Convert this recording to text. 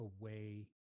away